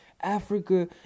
Africa